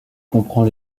comprend